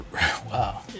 wow